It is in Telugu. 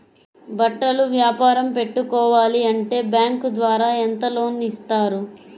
బట్టలు వ్యాపారం పెట్టుకోవాలి అంటే బ్యాంకు ద్వారా ఎంత లోన్ ఇస్తారు?